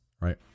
right